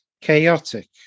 chaotic